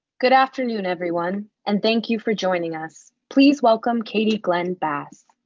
good afternoon everyone and thank you for joining us. please welcome katy glenn bass.